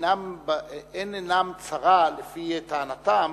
אין עינם צרה, לפי טענתם,